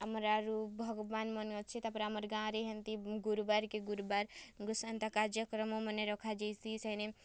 ଆମର୍ ଆରୁ ଭଗବାନ୍ ମାନେ ଅଛେ ତା'ର୍ପରେ ଆମର୍ ଇ ଗାଁ'ରେ ହେନ୍ତି ଗୁରୁବାର୍ କେ ଗୁରୁବାର୍ ସେନ୍ତା କାର୍ଯ୍ୟକ୍ରମ୍ମାନେ ରଖା ଯାଏସି ସେନେ